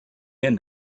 end